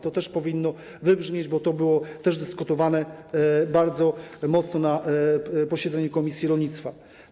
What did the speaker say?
To też powinno wybrzmieć, bo nad tym też dyskutowano bardzo mocno na posiedzeniu komisji rolnictwa.